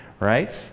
right